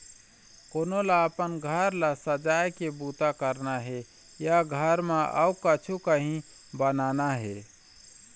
कोनो ल अपन घर ल सजाए के बूता करना हे या घर म अउ कछु काही बनाना हे